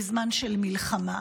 בזמן של מלחמה.